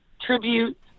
tribute